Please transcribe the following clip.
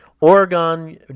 Oregon